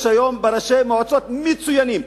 יש היום ראשי מועצות מצוינים.